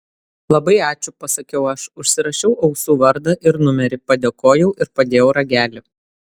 labai ačiū pasakiau aš užsirašiau ausų vardą ir numerį padėkojau ir padėjau ragelį